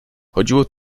chodziło